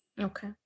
Okay